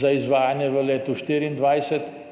za izvajanje v letu 2024,